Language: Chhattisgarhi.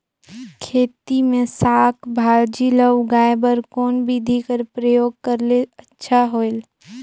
खेती मे साक भाजी ल उगाय बर कोन बिधी कर प्रयोग करले अच्छा होयल?